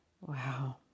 Wow